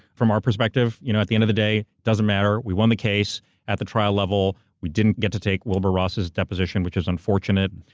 from our perspective, you know at the end of the day, it doesn't matter. we won the case at the trial level. we didn't get to take wilbur ross's deposition, which is unfortunate.